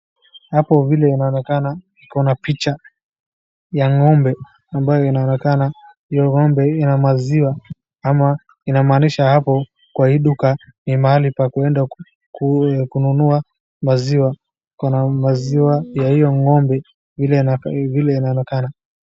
Hapo vile inaonekana kuna picha ya ng'ombe ambayo inaonekana hiyo ng'ombe ina maziwa ama inamaanisha hapo kwa hii duka ni mahali pa kuenda kununua maziwa, kuna maziwa ya hiyo ng'ombe vile inaonekana.